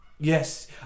Yes